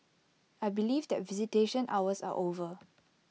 I believe that visitation hours are over